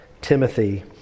Timothy